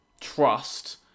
trust